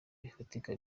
bifatika